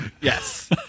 Yes